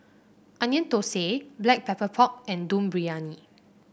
Onion Thosai Black Pepper Pork and Dum Briyani